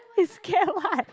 you scared what